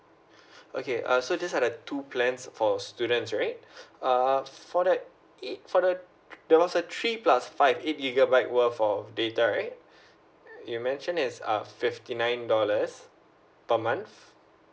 okay uh so these are the two plans for students right err for that eight for the there was a three plus five eight gigabyte well for data right you mention is err fifty nine dollars per month